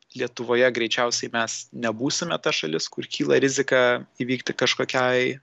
lietuvoje greičiausiai mes nebūsime ta šalis kur kyla rizika įvykti kažkokiai